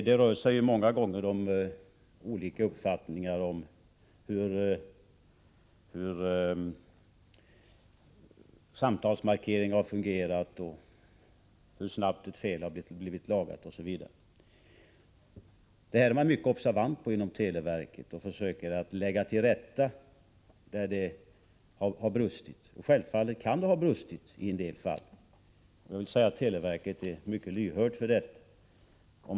Det rör sig många gånger om olika uppfattningar om hur samtalsmarkeringen har fungerat eller hur snabbt fel blivit lagade osv. Televerket har sin uppmärksamhet riktad på detta och försöker lägga till rätta där det har brustit. Självfallet kan det ha brustit i en del fall. Jag vill säga att televerket visar sig mycket lyhört för detta.